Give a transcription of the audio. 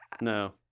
no